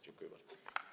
Dziękuję bardzo.